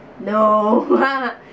No